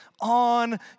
on